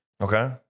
Okay